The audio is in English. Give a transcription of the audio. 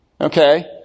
Okay